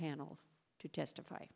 panel to testify